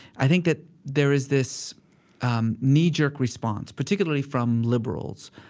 i think that there is this um knee-jerk response, particularly from liberals,